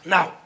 Now